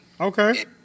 Okay